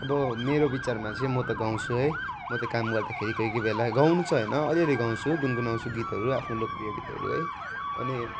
अब मेरो बिचारमा चाहिँ म त गाउँछु है म त काम गर्दाखेरि कोही कोही बेला गाउनु चाहिँ हैन अलिअलि गाउँछु गुनगुनाउँछु गीतहरू आफ्नो लोकप्रिय गीतहरू है अनि